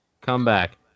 comeback